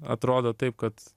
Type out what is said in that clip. atrodo taip kad